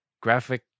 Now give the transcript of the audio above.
graphic